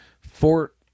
Fort